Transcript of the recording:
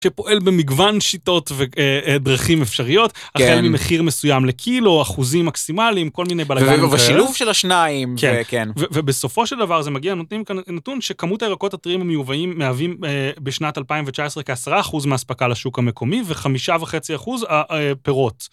שפועל במגוון שיטות ודרכים אפשריות החל ממחיר מסוים לקילו אחוזים מקסימליים כל מיני בלגן ובשילוב של השניים כן כן ובסופו של דבר זה מגיע נותנים כאן נתון שכמות הירקות הטריים המיובאים מהווים בשנת 2019 כעשרה אחוז מהאספקה לשוק המקומי וחמישה וחצי אחוז פירות.